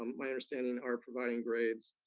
um my understanding are providing grades.